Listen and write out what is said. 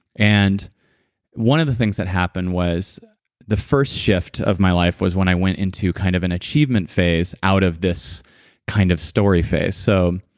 and one of the things that happened was the first shift of my life was when i went into kind of an achievement phase out of this kind of story phase. so,